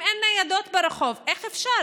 אם אין ניידות ברחוב, איך אפשר?